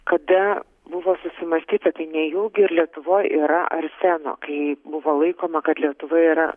kada buvo susimąstyta tai nejaugi ir lietuvoj yra arseno kai buvo laikoma kad lietuva yra